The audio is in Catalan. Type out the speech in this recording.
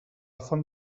font